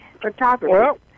Photography